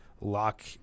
lock